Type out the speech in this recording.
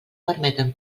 permeten